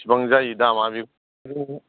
बेसेबां जायो दामा बेखौ